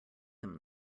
them